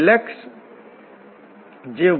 તેથી અમારી પાસે આ r છે અને આપણે આ drdt મેળવી શકીએ છીએ